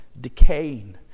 decaying